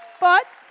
but,